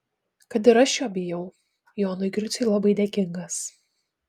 kad ir aš jo bijau jonui griciui labai dėkingas